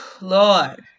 Lord